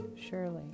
Surely